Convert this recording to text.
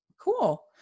cool